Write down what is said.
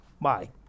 Bye